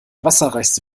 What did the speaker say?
wasserreichste